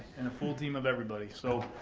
and a full team of everybody. so